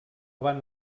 van